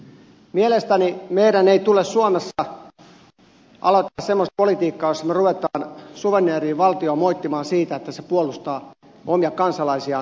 mielestäni meidän ei tule suomessa aloittaa semmoista politiikkaa jossa me rupeamme suvereenia valtiota moittimaan siitä että se puolustaa omia kansalaisiaan terrorilta